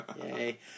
Yay